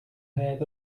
head